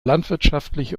landwirtschaftlich